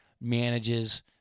manages